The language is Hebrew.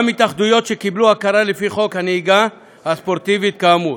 גם התאחדויות שקיבלו הכרה לפי חוק הנהיגה הספורטיבית כאמור.